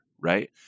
right